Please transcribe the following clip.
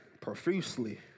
profusely